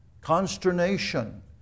consternation